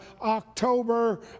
October